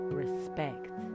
respect